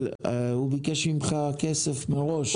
אבל הוא ביקש ממך כסף מראש,